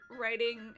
writing